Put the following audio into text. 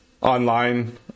online